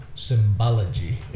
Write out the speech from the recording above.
symbology